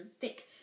thick